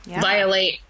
violate